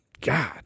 God